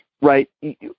right